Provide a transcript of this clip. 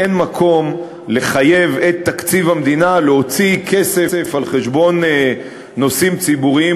אין מקום לחייב את תקציב המדינה להוציא כסף על חשבון נושאים ציבוריים